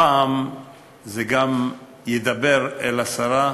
הפעם זה גם ידבר אל השרה,